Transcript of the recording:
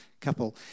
couple